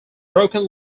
broken